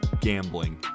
gambling